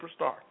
superstar